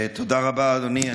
תודה רבה, אדוני.